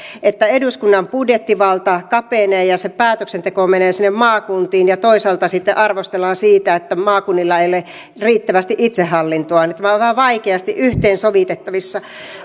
että eduskunnan budjettivalta kapenee ja se päätöksenteko menee sinne maakuntiin ja toisaalta sitten arvostellaan siitä että maakunnilla ei ole riittävästi itsehallintoa tämä on vähän vaikeasti yhteensovitettavissa